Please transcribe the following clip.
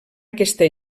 aquesta